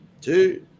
two